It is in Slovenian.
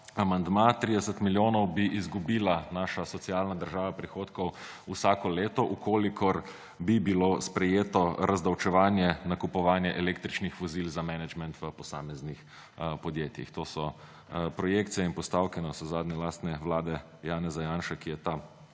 30 milijonov bi izgubila naša socialna država prihodkov vsako leto, v kolikor bi bilo sprejeto razdavčevanje, nakupovanje električnih vozil za menedžment v posameznih podjetjih. To so projekcije in postavke navsezadnje lastne vlade Janeza Janše, ki je ta